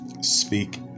Speak